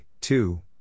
two